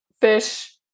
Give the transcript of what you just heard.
fish